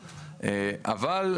אבל,